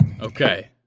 Okay